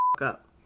up